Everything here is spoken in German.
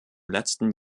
letzten